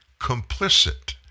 complicit